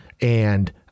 and-